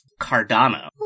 Cardano